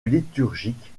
liturgiques